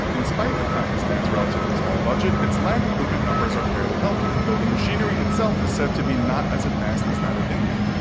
in spite of pakistan's relatively small budget, its land equipment numbers are fairly healthy, though the machinery itself is said to be not as advanced as that of india.